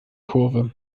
kurve